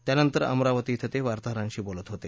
त्यानंतर अमरावती क्वें ते वार्ताहरांशी बोलत होते